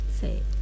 Say